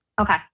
Okay